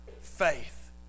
faith